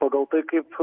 pagal tai kaip